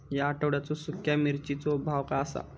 या आठवड्याचो सुख्या मिर्चीचो भाव काय आसा?